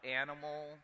animal